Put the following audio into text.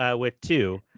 ah with two.